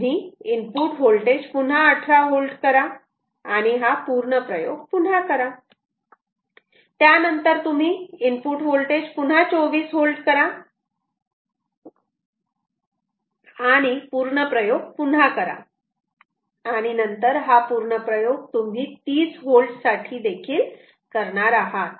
तुम्ही input voltage पुन्हा 18 V करा आणि पूर्ण प्रयोग पुन्हा करा त्यानंतर म्ही इनपुट होल्टेज पुन्हा 24 V करा आणि पूर्ण प्रयोग पुन्हा करा आणि नंतर हा पूर्ण प्रयोग तुम्ही 30 V साठी देखील करणार आहात